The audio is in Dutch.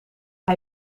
hij